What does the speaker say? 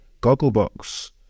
Gogglebox